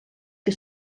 que